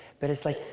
but it's, like,